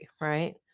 right